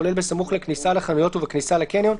כולל בסמוך לכניסה לחנויות ובכניסה לקניון,